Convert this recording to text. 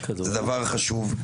זה דבר חשוב,